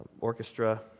orchestra